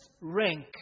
rank